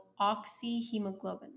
oxyhemoglobin